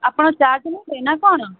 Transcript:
ଆପଣ ଚାର୍ଜ୍ ନେବେ ନା କ'ଣ